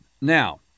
Now